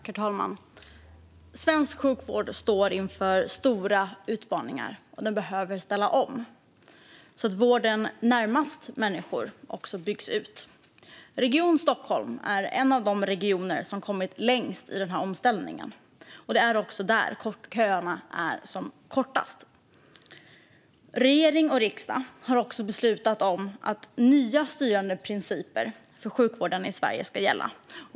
Herr talman! Svensk sjukvård står inför stora utmaningar och behöver ställa om så att även vården närmast människor byggs ut. Region Stockholm är en av de regioner som har kommit längst i denna omställning, och det är också där köerna är som kortast. Regering och riksdag har också beslutat om nya styrande principer för sjukvården i Sverige.